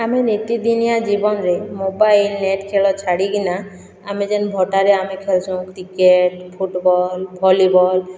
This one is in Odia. ଆମେ ନିତିଦିନିଆ ଜୀବନରେ ମୋବାଇଲ ନେଟ୍ ଖେଳ ଛାଡ଼ିକିନା ଆମେ ଯେନ୍ ଭଟାରେ ଆମେ ଖେଳୁସୁଁ କ୍ରିକେଟ ଫୁଟବଲ ଭଲିବଲ